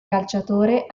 calciatore